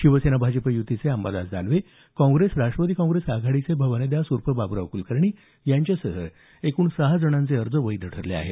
शिवसेना भाजप युतीचे Ambadas Danve Congress Rashtravadi Congress आघाडीचे भवानीदास उर्फ बाब्राव कुलकर्णी यांच्यासह एकूण सहा जणांचे अर्ज वैध ठरले आहेत